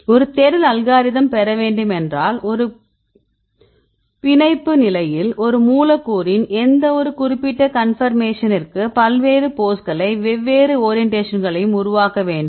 ஒரு தேடல் அல்காரிதம் பெற வேண்டும் என்றால் இது பிணைப்பு நிலையில் ஒரு மூலக்கூறின் எந்தவொரு குறிப்பிட்ட கன்பர்மேஷனிற்கு பல்வேறு போஸ்களையும் வெவ்வேறு ஓரியண்டேஷன்களையும் உருவாக்க வேண்டும்